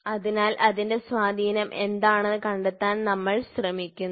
അതിനാൽ അതിന്റെ സ്വാധീനം എന്താണെന്ന് കണ്ടെത്താൻ ഞങ്ങൾ ശ്രമിക്കുന്നു